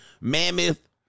Mammoth